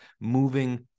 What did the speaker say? moving